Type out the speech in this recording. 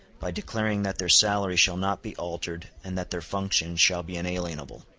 by declaring that their salary shall not be altered, and that their functions shall be inalienable.